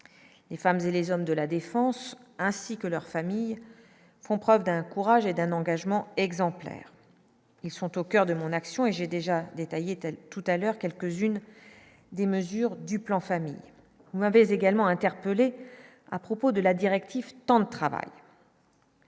les femmes et les hommes de la Défense, ainsi que leurs familles font preuve d'un courage et d'un engagement exemplaire qui sont au coeur de mon action et j'ai déjà détaillé telle tout à l'heure, quelques unes des mesures du plan famille vous avez également interpellé à propos de la directive temps de travail.